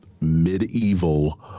medieval